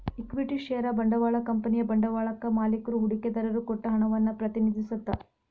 equity share ಬಂಡವಾಳ ಕಂಪನಿಯ ಬಂಡವಾಳಕ್ಕಾ ಮಾಲಿಕ್ರು ಹೂಡಿಕೆದಾರರು ಕೊಟ್ಟ ಹಣವನ್ನ ಪ್ರತಿನಿಧಿಸತ್ತ